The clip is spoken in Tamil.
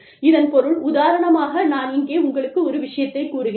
இதன் பொருள் உதாரணமாக நான் இங்கே உங்களுக்கு ஒரு விஷயத்தை கூறுகிறேன்